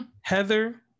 Heather